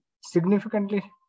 significantly